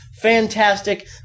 Fantastic